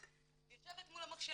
יושבת מול המחשב,